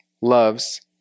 loves